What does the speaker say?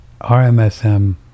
RMSM